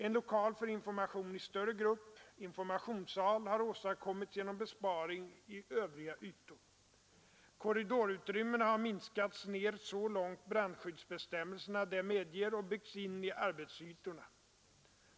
En lokal för information i större grupp — informationssal — har åstadkommits genom besparing i övriga ytor. Korridorutrymmena har minskats ner så långt brandskyddsbestämmelserna det medger och byggts in i arbetsytorna.